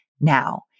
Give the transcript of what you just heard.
now